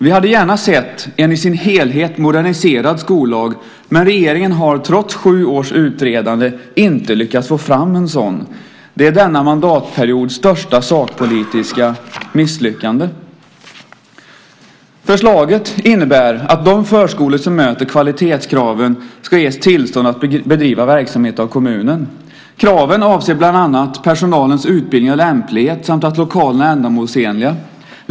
Vi hade gärna sett en i sin helhet moderniserad skollag, men regeringen har trots sju års utredande inte lyckats få fram en sådan. Det är denna mandatperiods största sakpolitiska misslyckande. Förslaget innebär att de förskolor som möter kvalitetskraven ska ges tillstånd att bedriva verksamhet av kommunen. Kraven avser bland annat personalens utbildning och lämplighet samt att lokalerna är ändamålsenliga.